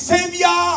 Savior